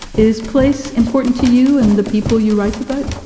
is place important to you and the people you write about?